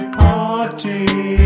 party